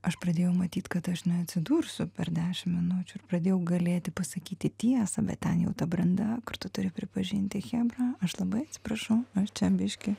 aš pradėjau matyt kad aš neatsidursiu per dešim minučių ir pradėjau galėti pasakyti tiesą bet ten jau ta branda kartu turiu pripažinti chebra aš labai atsiprašau aš čia biškį